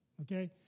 okay